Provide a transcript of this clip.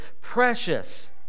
precious